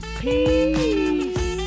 peace